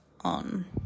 on